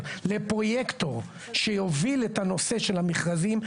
לפרויקטור שיוביל את הנושא של המכרזים.